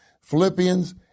Philippians